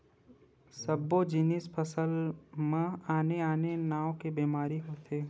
सब्बो जिनिस फसल म आने आने नाव के बेमारी होथे